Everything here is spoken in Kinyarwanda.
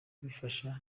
bifasha